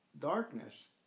darkness